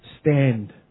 stand